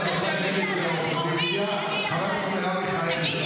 תעברו להצבעה.